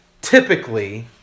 typically